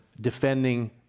defending